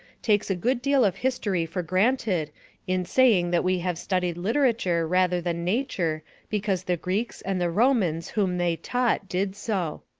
takes a good deal of history for granted in saying that we have studied literature rather than nature because the greeks, and the romans whom they taught, did so.